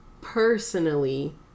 personally